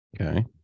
Okay